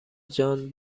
جان